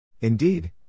Indeed